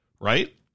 right